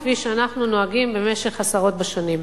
כפי שאנחנו נוהגים במשך עשרות בשנים.